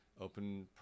open